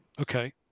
Okay